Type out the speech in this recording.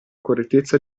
correttezza